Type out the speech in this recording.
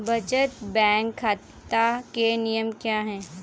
बचत बैंक खाता के नियम क्या हैं?